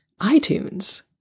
iTunes